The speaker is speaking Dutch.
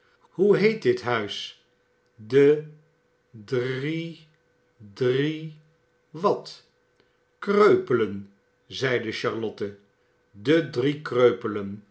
hoe heet dit huis de dr drie drie wat kreupelen zeide charlotte de drie kreupelen